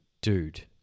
dude